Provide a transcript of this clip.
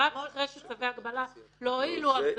רק אחרי שצווי ההגבלה לא הועילו.